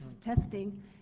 testing